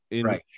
Right